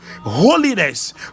holiness